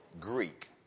Greek